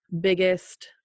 biggest